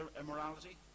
immorality